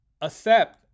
accept